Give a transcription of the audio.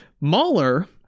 Mahler